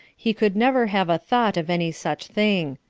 he could never have a thought of any such thing.